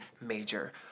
Major